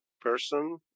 person